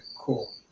cool